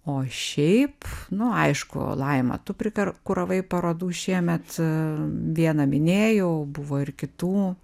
o šiaip nu aišku laima tu priker kuravai parodų šiemet vieną minėjau buvo ir kitų